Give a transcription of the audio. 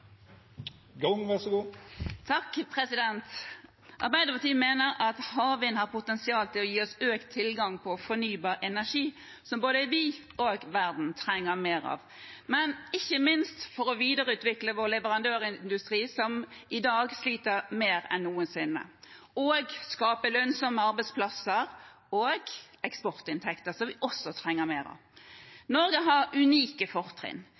Arbeiderpartiet mener at havvind har potensial til å gi oss økt tilgang på fornybar energi – som både vi og verden trenger mer av – men ikke minst til å videreutvikle vår leverandørindustri, som i dag sliter mer enn noensinne, og til å skape lønnsomme arbeidsplasser og eksportinntekter, som vi også trenger mer av. Norge har unike fortrinn.